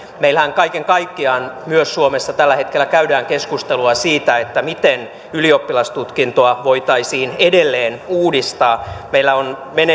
meillähän kaiken kaikkiaan myös suomessa tällä hetkellä käydään keskustelua siitä miten ylioppilastutkintoa voitaisiin edelleen uudistaa meillä on